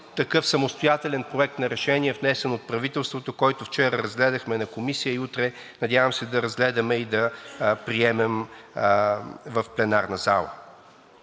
такъв самостоятелен проект на решение, внесен от правителството, който вчера разгледахме на Комисия, и утре, надявам се, да го разгледаме и приемем в пленарната зала.